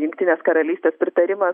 jungtinės karalystės pritarimas